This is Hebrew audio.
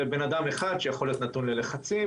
הוא אדם אחד שיכול להיות נתון ללחצים,